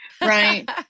right